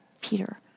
Peter